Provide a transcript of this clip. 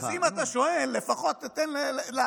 אז אם אתה שואל, לפחות תיתן לענות.